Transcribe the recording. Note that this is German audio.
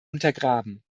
untergraben